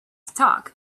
talk